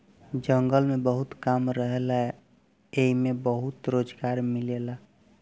जंगल में बहुत काम रहेला एइमे बहुते रोजगार मिलेला